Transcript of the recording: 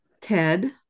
Ted